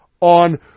on